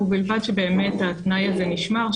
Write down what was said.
ובלבד שבאמת התנאי הזה נשמר,